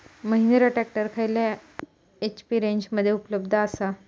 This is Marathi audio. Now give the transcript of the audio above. महिंद्रा ट्रॅक्टर खयल्या एच.पी रेंजमध्ये उपलब्ध आसा?